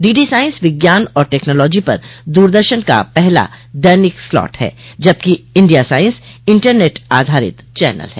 DD Science विज्ञान और technology पर दूरदर्शन का पहला दैनिक स्लॉट है जबकि इंडिया साइंस इंटरनेट आधारित चनल है